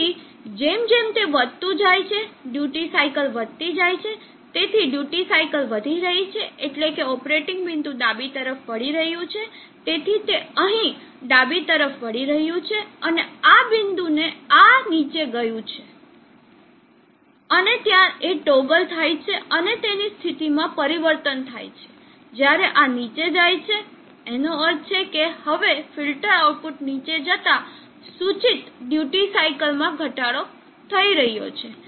તેથી જેમ જેમ તે વધતું જાય છે ડ્યુટી સાઇકલ વધતી જાય છે તેથી ડ્યુટી સાઇકલ વધી રહી છે એટલે કે ઓપરેટિંગ બિંદુ ડાબી તરફ વળી રહ્યું છે તેથી તે અહીં ડાબી તરફ વળી રહ્યું છે અને આ બિંદુએ આ નીચે ગયું છે અને ત્યાં એ ટોગલ થાય છે અને એની સ્થિતિ માં પરિવર્તન થાય છે જ્યારે આ નીચે જાય છે જેનો અર્થ છે કે હવે ફિલ્ટર આઉટપુટ નીચે જતા સૂચિત ડ્યુટી સાઇકલ માં ઘટાડો થઈ રહ્યો છે